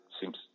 seems